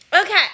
Okay